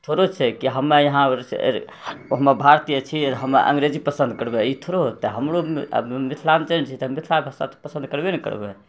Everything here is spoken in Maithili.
थोड़ो छै कि हम यहाँ हम भारतीय छी हम अङ्गरेजी पसन्द करबै ई थोड़ो होतै हमरो मिथलाञ्चल छै तऽ मिथिलाके भाषा तऽ पसन्द करबे ने करबै